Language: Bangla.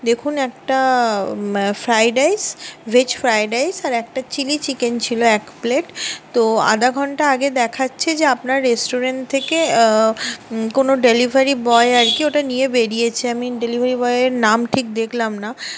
দেখুন একটা fried rice veg fried rice আর একটা চিলি চিকেন ছিল এক প্লেট তো আধা ঘন্টা আগে দেখাচ্ছে যে আপনার রেস্টুরেন্ট থেকে কোন ডেলিভারি বয় আর কি ওটা নিয়ে বেড়িয়েছে আমি ডেলিভারি বয়ের নাম ঠিক দেখলাম না